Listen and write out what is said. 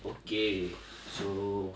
okay so